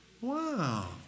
Wow